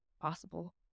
possible